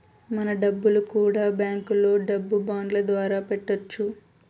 మన డబ్బులు కూడా బ్యాంకులో డబ్బు బాండ్ల ద్వారా పెట్టొచ్చు